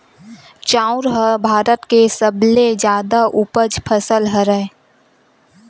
चाँउर ह भारत के सबले जादा उपज फसल हरय